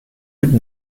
lutte